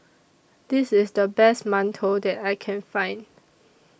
This IS The Best mantou that I Can Find